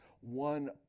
one